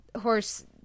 horse